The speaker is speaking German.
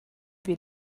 wie